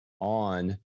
on